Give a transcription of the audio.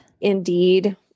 Indeed